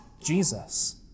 Jesus